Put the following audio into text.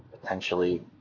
potentially